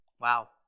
Wow